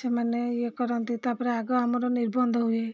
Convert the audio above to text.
ସେମାନେ ଇଏ କରନ୍ତି ତା'ପରେ ଆଗ ଆମର ନିର୍ବନ୍ଧ ହୁଏ